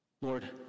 Lord